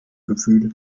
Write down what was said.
gefühle